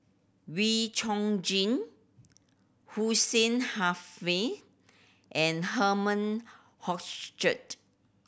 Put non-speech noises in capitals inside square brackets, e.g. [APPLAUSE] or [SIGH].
Wee Chong Jin Hussein Haniff and Herman [UNINTELLIGIBLE]